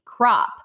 crop